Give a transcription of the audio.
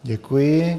Děkuji.